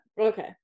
Okay